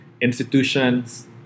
institutions